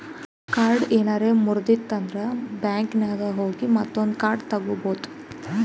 card ಏನಾರೆ ಮುರ್ದಿತ್ತಂದ್ರ ಬ್ಯಾಂಕಿನಾಗ್ ಹೋಗಿ ಮತ್ತೊಂದು ಕಾರ್ಡ್ ತಗೋಬೋದ್